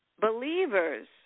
believers